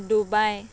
Dubai